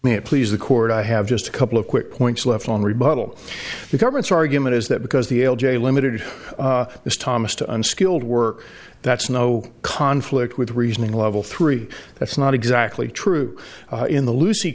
may please the court i have just a couple of quick points left on rebuttal the government's argument is that because the l j limited this thomas to unskilled work that's no conflict with reasoning level three that's not exactly true in the lucy